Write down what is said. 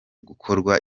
gukorwa